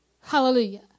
Hallelujah